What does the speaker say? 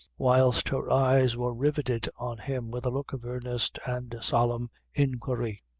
whilst her eyes were riveted on him with a look of earnest and solemn inquiry.